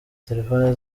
telefoni